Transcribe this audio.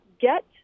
get